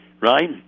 Right